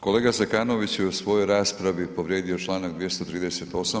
Kolega Zekanović u svojoj raspravi povrijedio članak 238.